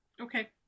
Okay